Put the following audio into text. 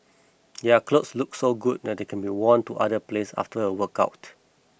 their clothes look so good that they can be worn to other place after a workout